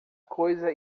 coisa